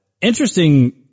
interesting